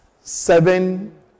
Seven